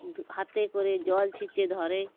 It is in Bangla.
হাতে করে জল সেঁচে ধরে